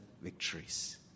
victories